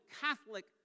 Catholic